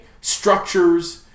structures